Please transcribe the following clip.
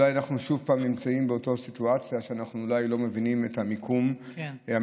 אולי אנחנו שוב באותה סיטואציה שאנחנו אולי לא מבינים את המיקום המדויק.